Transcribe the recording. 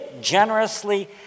generously